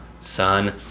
son